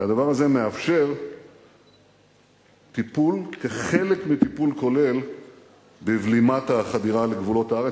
והדבר הזה מאפשר טיפול כחלק מטיפול כולל בבלימת החדירה מגבולות הארץ.